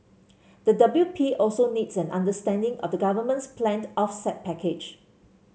the W P also needs an understanding of the government's planned offset package